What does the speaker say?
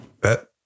bet